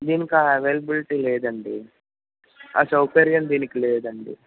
దీనికా availability లేదు అండి ఆ సౌకర్యం దీనికి లేదండి